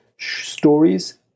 Stories